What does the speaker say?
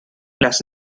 las